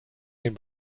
den